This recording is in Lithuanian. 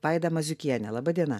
vaida maziukiene laba diena